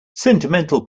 sentimental